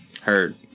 Heard